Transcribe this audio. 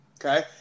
Okay